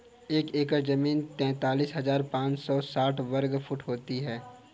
एक एकड़ जमीन तैंतालीस हजार पांच सौ साठ वर्ग फुट होती है